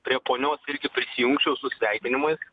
prie ponios irgi prisijungčiau su sveikinimais